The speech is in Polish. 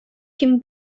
kim